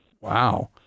Wow